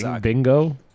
Bingo